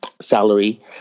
salary